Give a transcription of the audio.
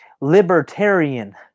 libertarian